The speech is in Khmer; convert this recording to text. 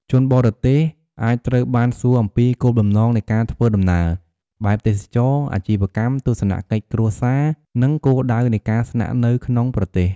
ជនបរទេសអាចត្រូវបានសួរអំពីគោលបំណងនៃការធ្វើដំណើរ បែបទេសចរណ៍ អាជីវកម្ម ទស្សនកិច្ចគ្រួសារ និងគោលដៅនៃការស្នាក់នៅក្នុងប្រទេស។